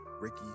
Ricky